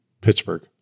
Pittsburgh